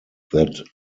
that